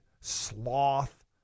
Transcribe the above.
sloth